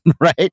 right